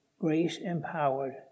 grace-empowered